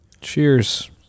Cheers